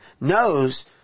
knows